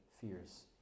fears